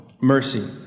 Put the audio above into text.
Mercy